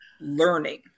learning